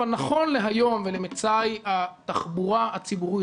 אבל נכון להיום ולמצאי התחבורה הציבורית